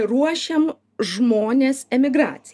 ruošiam žmones emigracijai